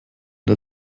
der